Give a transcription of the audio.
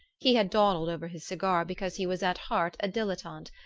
he had dawdled over his cigar because he was at heart a dilettante,